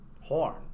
Horn